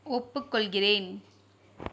ஒப்புக்கொள்கிறேன்